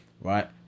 right